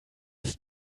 ist